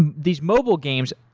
and these mobile games,